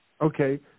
Okay